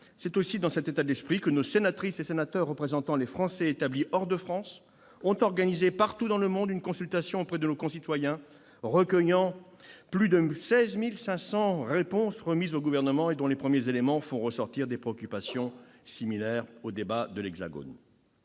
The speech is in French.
C'est aussi dans cet état d'esprit que nos sénatrices et sénateurs représentant les Français établis hors de France ont organisé partout dans le monde une consultation auprès de nos concitoyens, recueillant plus de 16 500 réponses remises au Gouvernement, et dont les premiers éléments font ressortir des préoccupations similaires à celles